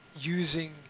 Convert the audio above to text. Using